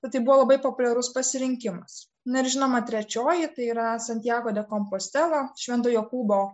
tad ji buvo labai populiarus pasirinkimas na ir žinoma trečioji tai yra santjago de kompostele švento jokūbo